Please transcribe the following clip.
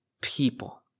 people